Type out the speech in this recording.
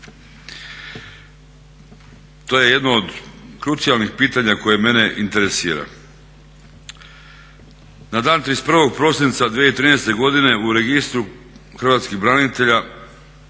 To je jedno od krucijalnih pitanja koje mene interesira. Na dan 31. prosinca 2013. godine u registru hrvatskih branitelja